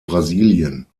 brasilien